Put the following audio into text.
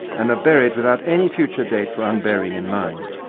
and are buried without any future date for unburying in mind.